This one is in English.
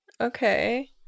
okay